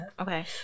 Okay